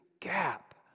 gap